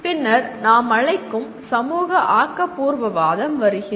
பின்னர் நாம் அழைக்கும் "சமூக ஆக்கபூர்வவாதம்" வருகிறது